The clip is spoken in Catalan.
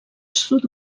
sud